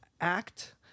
act